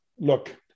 look